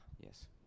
yes